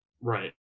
Right